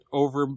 over